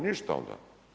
Ništa onda.